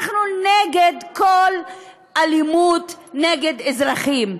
אנחנו נגד כל אלימות נגד אזרחים,